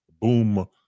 Boom